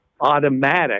automatic